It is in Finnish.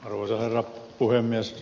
arvoisa herra puhemies